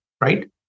right